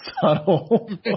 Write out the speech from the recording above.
subtle